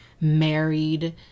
married